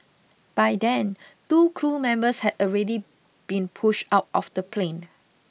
by then two crew members had already been pushed out of the plane